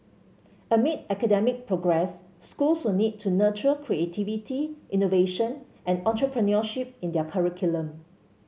amid academic progress schools will need to nurture creativity innovation and entrepreneurship in their curriculum